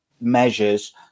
measures